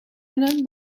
wennen